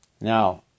Now